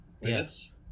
Yes